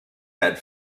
had